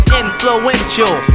influential